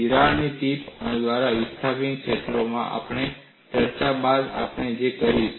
તિરાડ tip stress અને વિસ્થાપન ક્ષેત્રો પર આપણી ચર્ચા બાદ જ આપણે તે કરી શકીશું